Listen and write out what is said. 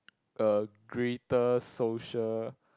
a greater social